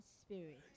spirit